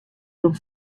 rûn